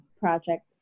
project